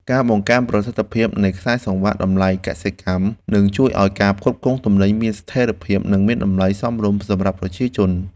ការបង្កើនប្រសិទ្ធភាពនៃខ្សែសង្វាក់តម្លៃកសិកម្មនឹងជួយឱ្យការផ្គត់ផ្គង់ទំនិញមានស្ថិរភាព និងតម្លៃសមរម្យសម្រាប់ប្រជាជន។